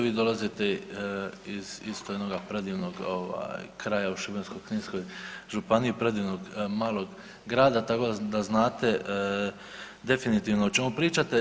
Vi dolazite iz isto jednoga predivnog ovog kraja u Šibensko-kninskoj županiji, predivnog malog grada tako da znate definitivno o čemu pričate.